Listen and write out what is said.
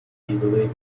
easily